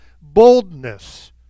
boldness